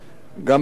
גם בימים קשים.